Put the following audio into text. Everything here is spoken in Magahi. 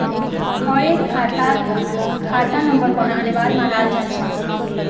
हर एक खातात खाता नंबर होना अनिवार्य मानाल जा छे